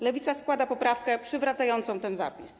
Lewica składa poprawkę przywracającą ten zapis.